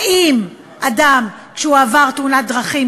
האם אדם שעבר תאונת דרכים,